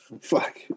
Fuck